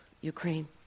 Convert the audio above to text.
Ukraine